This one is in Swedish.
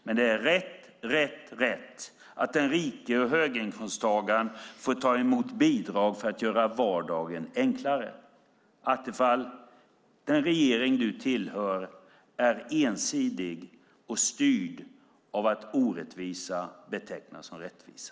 Men det är rätt, rätt, rätt att den rike höginkomsttagaren får ta emot bidrag för att göra vardagen enklare. Attefall, den regering du tillhör är ensidig och styrd av att orättvisa betecknas som rättvisa.